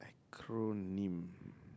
acronym